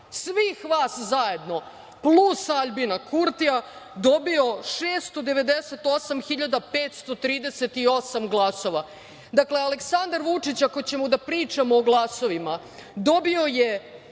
svih vas zajedno, plus Aljbina Kurtija dobio 698.538 glasova. Dakle, Aleksandar Vučić, ako ćemo da pričamo o glasovima, dobio je